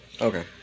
Okay